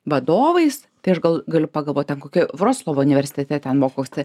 vadovais tai aš gal galiu pagalvot ten kokie vroclavo universitete ten mokosi